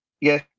yes